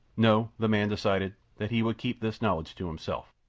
no, the man decided that he would keep this knowledge to himself.